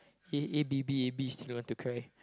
A A B B A B still want to cry